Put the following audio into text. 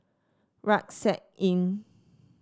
Rucksack Inn